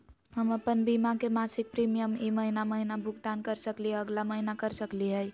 हम अप्पन बीमा के मासिक प्रीमियम ई महीना महिना भुगतान कर सकली हे, अगला महीना कर सकली हई?